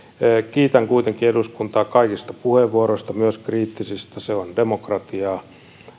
kiitän kuitenkin eduskuntaa kaikista puheenvuoroista myös kriittisistä se on demokratiaa